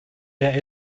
der